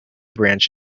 branch